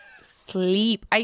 sleep